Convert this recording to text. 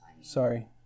Sorry